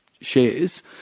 shares